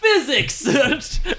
physics